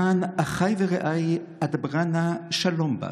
למען אחי ורעי אדברה נא שלום בך.